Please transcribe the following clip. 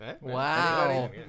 Wow